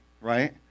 right